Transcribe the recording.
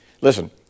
Listen